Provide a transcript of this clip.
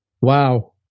Wow